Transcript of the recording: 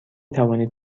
توانید